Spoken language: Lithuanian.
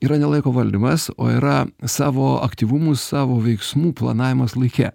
yra ne laiko valdymas o yra savo aktyvumu savo veiksmų planavimas laike